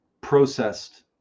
processed